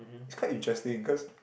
it's quite interesting cause